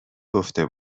گفته